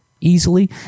easily